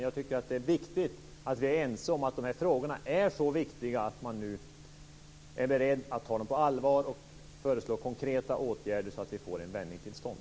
Jag tycker att det är viktigt att vi är ense om att dessa frågor är så viktiga att man nu är beredd att ta dem på allvar och föreslå konkreta åtgärder så att vi får en vändning till stånd.